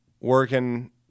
working